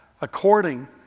according